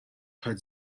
ħadt